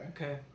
okay